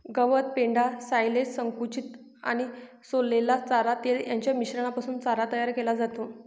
गवत, पेंढा, सायलेज, संकुचित आणि सोललेला चारा, तेल यांच्या मिश्रणापासून चारा तयार केला जातो